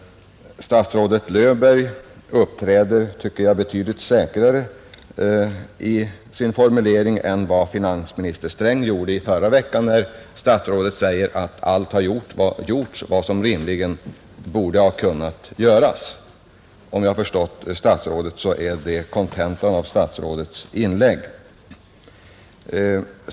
Statsrådet Löfberg uppträder, tycker jag, betydligt säkrare i sin sak än vad t.o.m. finansminister Sträng gjorde i förra veckan. Statsrådet Löfberg säger att allt har gjorts som rimligen borde kunnat göras. Om jag förstått statsrådet rätt, så var det kontentan i hans inlägg.